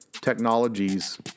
technologies